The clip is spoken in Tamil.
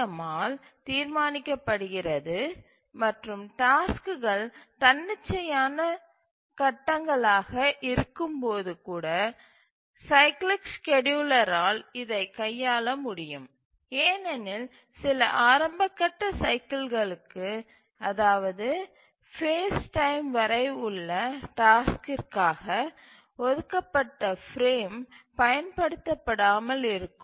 எம் ஆல் தீர்மானிக்கப்படுகிறது மற்றும் டாஸ்க்குகள் தன்னிச்சையான கட்டங்களாக இருக்கும்போது கூட சைக்கிளிக் ஸ்கேட்யூலரால் இதைக் கையாள முடியும் ஏனெனில் சில ஆரம்பகட்ட சைக்கில்களுக்கு அதாவது ஃபேஸ் டைம் வரை உள்ள டாஸ்க்கிற்காக ஒதுக்கப்பட்ட பிரேம் பயன்படுத்தப்படாமல் இருக்கும்